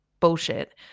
bullshit